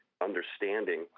understanding